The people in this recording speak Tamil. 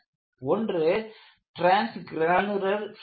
ஒன்று ட்ரான்ஸ்க்ரானுலர் பிராக்சர்